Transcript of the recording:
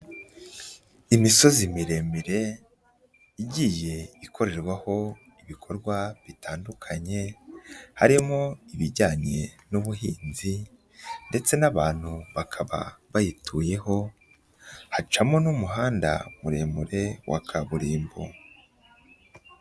Imisozi miremire igiye ikorerwaho ibikorwa bitandukanye, harimo ibijyanye n'ubuhinzi ndetse n'abantu bakaba bayituyeho, hacamo n'umuhanda muremure wa kaburimbo.